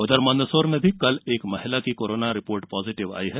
उधर मंदसौर में भी कल एक महिला की कोरोना रिपोर्ट पॉजीटिव आई है